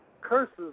curses